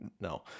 no